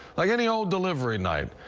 like any old delivery night,